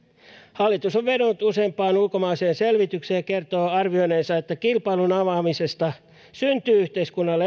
hallitus on vedonnut useampaan ulkomaiseen selvitykseen ja kertoo arvioineensa että kilpailun avaamisesta syntyy yhteiskunnalle